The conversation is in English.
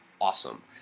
awesome